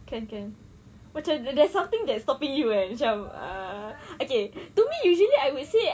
can can macam there's something that stopping you kan macam err okay to me usually I would say